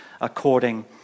according